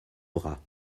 bras